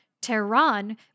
Tehran